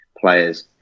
players